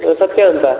ಸತ್ಯ ಅಂತ